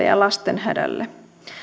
ja lasten hädälle